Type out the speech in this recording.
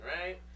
right